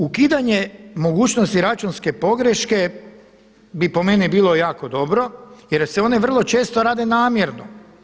Ukidanje mogućnosti računske pogreške bi po meni bilo jako dobro, jer se one vrlo često rade namjerno.